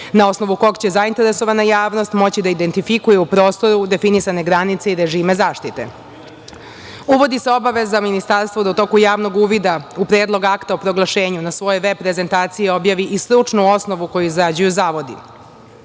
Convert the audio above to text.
na osnovu kog će zainteresovana javnost moći da identifikuje u prostoru definisane granice i režime zaštite. Uvodi se obaveza Ministarstvu da u toku javnog uvida u Predlog akta o proglašenju na svojoj veb prezentaciji objavi i stručnu osnovu koju izrađuju zavodi.